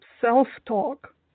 self-talk